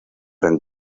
gran